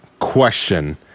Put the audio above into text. question